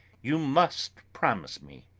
you must promise me,